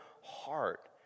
heart